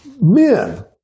Men